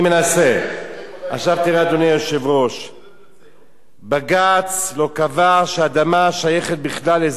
נסים, תמצא תקליט חדש, על זה